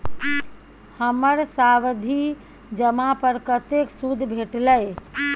हमर सावधि जमा पर कतेक सूद भेटलै?